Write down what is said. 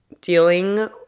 dealing